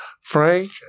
Frank